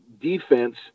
defense